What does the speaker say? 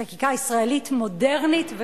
הוא סיים,